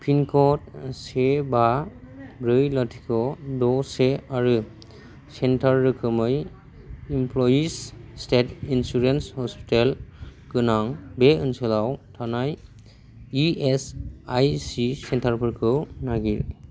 पिनकड से बा ब्रै लाथिख' द' से आरो सेन्टार रोखोमै इमप्लयिज स्टेट इन्सुरेन्स हस्पिटेल गोनां बे ओनसोलाव थानाय इएसआइसि सेन्टारफोरखौ नागिर